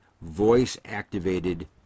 voice-activated